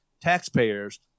Taxpayers